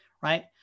right